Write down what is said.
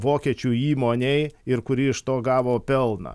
vokiečių įmonei ir kuri iš to gavo pelną